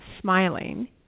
smiling